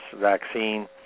vaccine